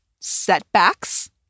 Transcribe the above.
setbacks